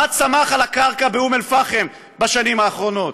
מה צמח על הקרקע באום אלפחם בשנים האחרונות,